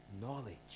knowledge